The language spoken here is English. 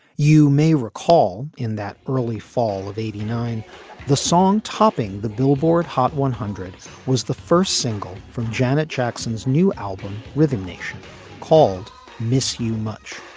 you may recall in that early fall of eighty nine the song topping the billboard hot one hundred was the first single from janet jackson's new album rhythm nation called miss you much